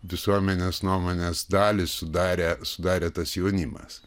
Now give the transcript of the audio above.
visuomenės nuomonės dalį sudarė sudarė tas jaunimas